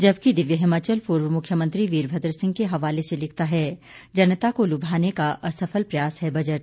जबकि दिव्य हिमाचल पूर्व मुख्यमंत्री वीरभद्र सिंह के हवाले से लिखता है जनता को लुभाने का असफल प्रयास है बजट